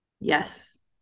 yes